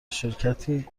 شرکتی